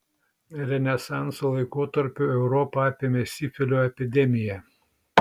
renesanso laikotarpiu europą apėmė sifilio epidemija